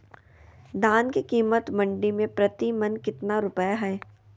धान के कीमत मंडी में प्रति मन कितना रुपया हाय?